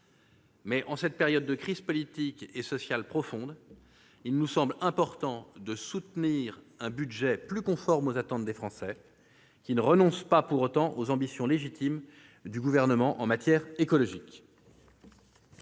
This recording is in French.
Mais, en cette période de crise politique et sociale profonde, il nous semble important de soutenir un budget plus conforme aux attentes des Français, qui ne renonce pas pour autant aux ambitions légitimes du Gouvernement en matière écologique.